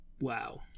wow